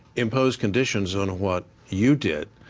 impose conditions on what you did.